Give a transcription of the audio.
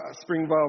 Springvale